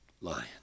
lion